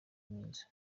myiza